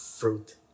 fruit